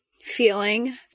feeling